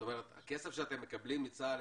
הכסף שאתם מקבלים מצה"ל,